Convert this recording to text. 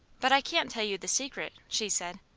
but i can't tell you the secret, she said.